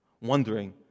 wondering